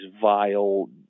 vile